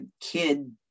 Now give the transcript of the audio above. kid